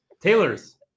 taylors